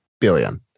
billion